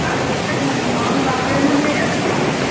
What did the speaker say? আর ওই একটা গরম কাপড়ের মধ্যে রাখবে ঠিক আছে